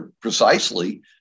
precisely